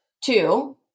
two